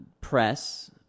press –